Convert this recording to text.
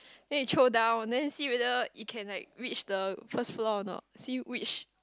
then you chow down then you see whether you can like reach the first floor or not see which